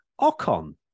Ocon